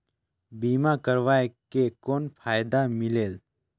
बीमा करवाय के कौन फाइदा मिलेल?